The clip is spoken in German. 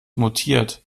mutiert